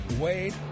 Wade